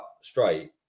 straight